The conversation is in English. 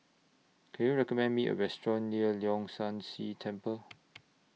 Can YOU recommend Me A Restaurant near Leong San See Temple